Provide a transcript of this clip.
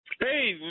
Hey